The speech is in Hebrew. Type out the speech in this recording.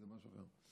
זה משהו אחר.